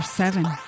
Seven